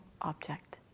object